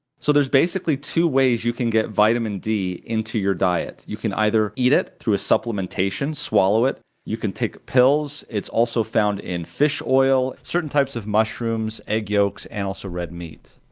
so there's basically two ways you can get vitamin d into your diet. you can either eat it through a supplementation, swallow it, you can take pills, it's also found in fish oil, certain types of mushrooms, egg yolks, and also red meat,